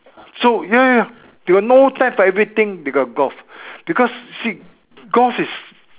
so ya ya they got no time for everything they got golf because see golf is